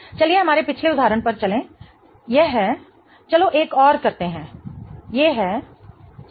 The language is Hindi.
चलिए हमारे पिछले उदाहरण पर चलें यह है चलो एक और करते हैं ये है सही